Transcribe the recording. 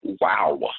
wow